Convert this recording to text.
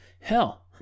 Hell